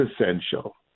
essential